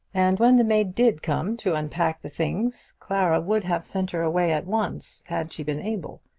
and when the maid did come to unpack the things, clara would have sent her away at once had she been able.